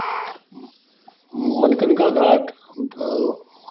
Manikarnika Ghat